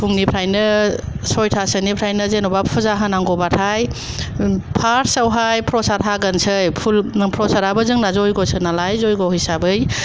फुंनिफ्रायनो सयथासोनिफ्रायनो जेनेबा फुजा होनांगौबाथाय फार्स्टआवहाय प्रसाद हाग्रोनोसै प्रसादाबो जोंना जयग'सो नालाय जयग' हिसाबै